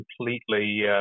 completely